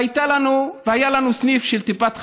והיה לנו סניף של טיפת חלב.